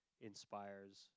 inspires